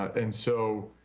and so